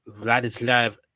Vladislav